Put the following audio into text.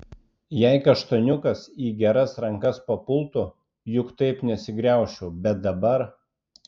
jei kaštoniukas į geras rankas papultų juk taip nesigraužčiau bet dabar